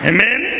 Amen